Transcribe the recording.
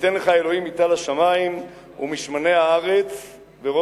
"ויתן לך האלהים מטל השמים ומשמני הארץ ורב